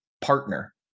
partner